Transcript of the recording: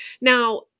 Now